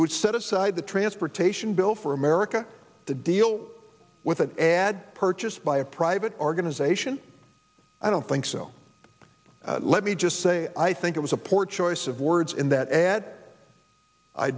it would set aside the transportation bill for america to deal with an ad purchased by a private organization i don't think so let me just say i think it was a poor choice of words in that ad i